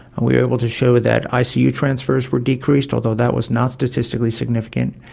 we are able to show that icu transfers were decreased, although that was not statistically significant.